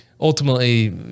ultimately